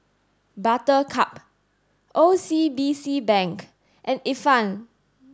Buttercup O C B C Bank and Ifan